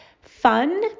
fun